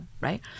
right